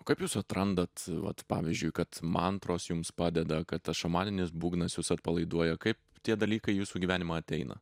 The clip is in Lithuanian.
kaip jūs atrandate vat pavyzdžiui kad mantros jums padeda kad tas šamaninis būgnas jus atpalaiduoja kaip tie dalykai į jūsų gyvenimą ateina